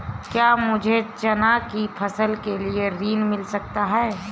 क्या मुझे चना की फसल के लिए ऋण मिल सकता है?